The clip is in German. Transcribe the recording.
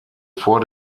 vor